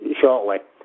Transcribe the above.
shortly